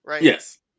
Yes